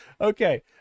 okay